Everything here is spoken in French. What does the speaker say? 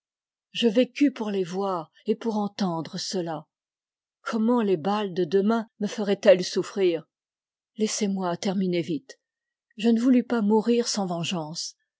je vécus pour les voir et pour entendre cela comment les balles de demain me feraient elles souffrir laissez-moi terminer vite je ne voulus pas mourir sans vengeance